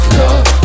love